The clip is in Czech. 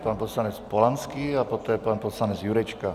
Pan poslanec Polanský a poté pan poslanec Jurečka.